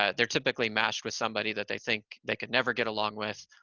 ah they're typically matched with somebody that they think they could never get along with,